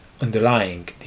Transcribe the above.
Underlying